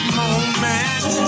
moment